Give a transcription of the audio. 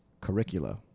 curricula